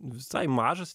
visai mažas